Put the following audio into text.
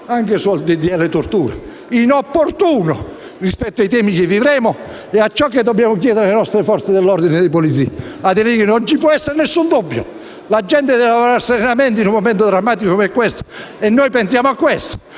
provvedimento inopportuno rispetto ai temi trattati e a ciò che dobbiamo chiedere alle nostre Forze dell'ordine e di polizia. Non ci può essere alcun dubbio: la gente deve lavorare serenamente in un momento drammatico come questo e noi pensiamo a questo.